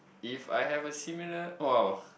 if I have a similar !wow!